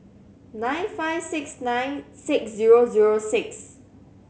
nine five six nine six zero zero six